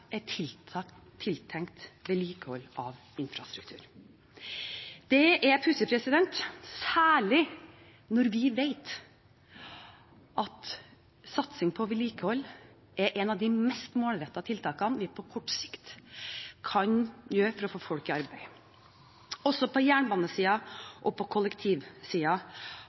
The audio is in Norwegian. krone er tiltenkt vedlikehold av infrastruktur. Det er pussig, særlig når vi vet at satsing på vedlikehold er en av de mest målrettede tiltakene man på kort tid kan gjøre for å få folk i arbeid. Også på jernbanesiden og på